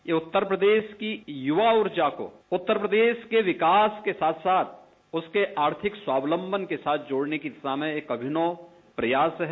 ये उत्तर प्रदेश की युवा ऊर्जा को उत्तर प्रदेश के विकास के साथ साथ उसके आर्थिक स्वावलंबन के साथ जोड़ने की दिशा में एक अभिनव प्रयास है